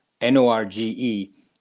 N-O-R-G-E